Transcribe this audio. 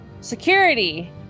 security